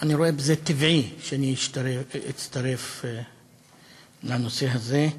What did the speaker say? אני רואה דבר טבעי בזה שאצטרף לנושא הזה.